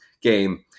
game